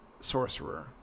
Sorcerer